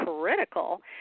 critical